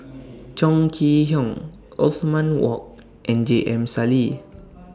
Chong Kee Hiong Othman Wok and J M Sali